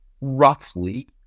roughly